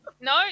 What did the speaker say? No